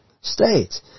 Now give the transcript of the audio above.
states